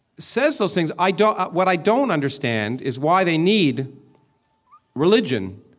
says those things, i don't what i don't understand is why they need religion.